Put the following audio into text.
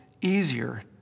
easier